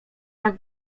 tak